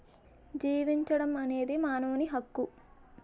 జీవించడం అనేది మానవుని హక్కు